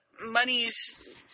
money's